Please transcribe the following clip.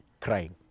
Crying